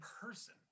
person